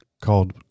called